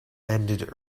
ended